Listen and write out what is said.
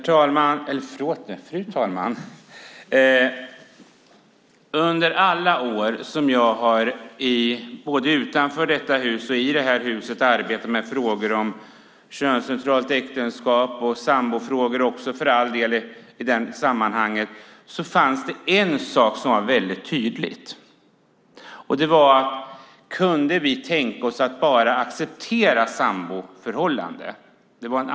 Fru talman! Under alla år som jag arbetat, både utanför och i detta hus, med frågor om könsneutralt äktenskap och för all del också sambofrågor är det en fråga som varit väldigt tydlig, nämligen om vi kunde tänka oss att bara acceptera samboförhållandet.